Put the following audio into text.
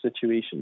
situation